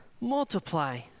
Multiply